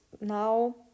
now